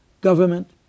government